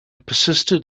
persisted